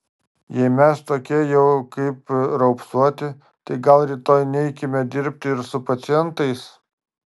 jei mes tokie jau kaip raupsuoti tai gal rytoj neikime dirbti ir su pacientais